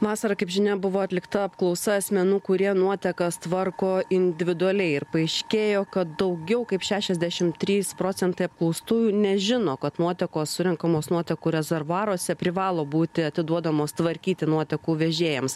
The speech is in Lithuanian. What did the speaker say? vasarą kaip žinia buvo atlikta apklausa asmenų kurie nuotekas tvarko individualiai ir paaiškėjo kad daugiau kaip šešiasdešim trys procentai apklaustųjų nežino kad nuotekos surenkamos nuotekų rezervuaruose privalo būti atiduodamos tvarkyti nuotekų vežėjams